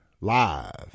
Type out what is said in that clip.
Live